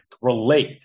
relate